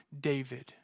David